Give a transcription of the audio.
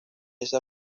esa